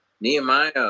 nehemiah